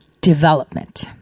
development